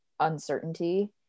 Uncertainty